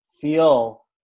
feel